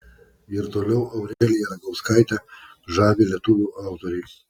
ir toliau aureliją ragauskaitę žavi lietuvių autoriai